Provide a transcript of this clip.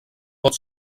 pot